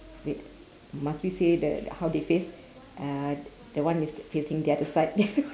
wait must we say the how they face uh the one is facing the other side